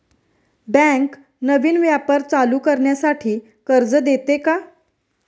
Bank नवीन व्यापार चालू करण्यासाठी कर्ज देते का?